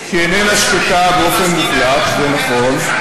אני מסכים למה שאתה אומר, אבל לא